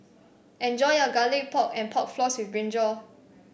enjoy your Garlic Pork and Pork Floss with brinjal